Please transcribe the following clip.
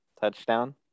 touchdown